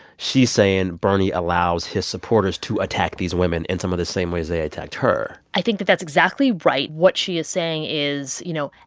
she's saying bernie allows his supporters to attack these women in some of the same ways they attacked her i think that that's exactly right. what she is saying is, you know,